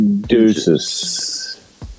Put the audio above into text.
deuces